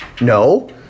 No